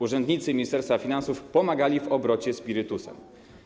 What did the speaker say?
Urzędnicy Ministerstwa Finansów pomagali w obrocie spirytusem.